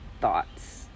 Thoughts